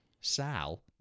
Sal